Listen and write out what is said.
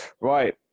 right